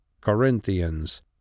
Corinthians